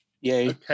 Yay